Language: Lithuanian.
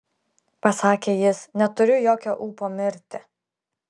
pasakė jis neturiu jokio ūpo mirti